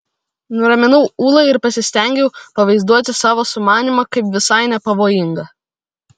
nuraminau ulą ir pasistengiau pavaizduoti savo sumanymą kaip visai nepavojingą